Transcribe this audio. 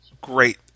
great